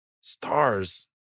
Stars